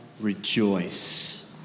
rejoice